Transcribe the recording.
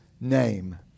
name